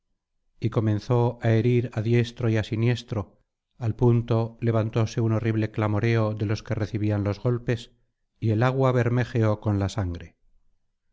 y comenzó á herir á diestro y á siniestro al punto levantóse un horrible clamoreo de los que recibían los golpes y el agua bermejeó con la sangre